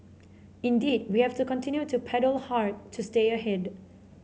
indeed we have to continue to paddle hard to stay ahead